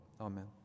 Amen